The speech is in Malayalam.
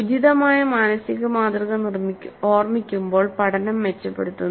ഉചിതമായ മാനസിക മാതൃക ഓർമ്മിക്കുമ്പോൾ പഠനം മെച്ചപ്പെടുത്തുന്നു